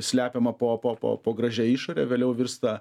slepiama po po gražia išore vėliau virsta